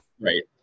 right